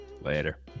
Later